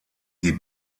die